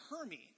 Hermes